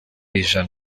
ijana